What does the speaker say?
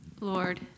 Lord